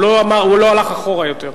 הוא לא אמר, הוא לא הלך אחורה יותר.